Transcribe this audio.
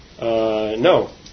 No